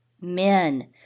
men